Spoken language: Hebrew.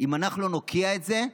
אם אנחנו לא נוקיע את זה,